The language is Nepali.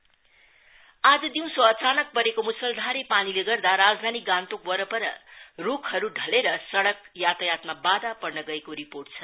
रेन ड्यामेज आज दिउँसो अचानक परेको मुसलधारे पानीले गर्दा राजधानी गान्तोक वरपर रूखहरू ढलेर सड़क यातायातमा बाधा पर्न गएको रिपोर्ट छ